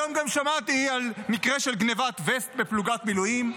היום גם שמעתי על מקרה של גנבת וסט בפלוגת מילואים,